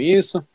isso